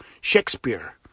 Shakespeare